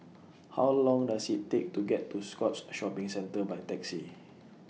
How Long Does IT Take to get to Scotts Shopping Centre By Taxi